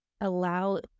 allow